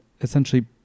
essentially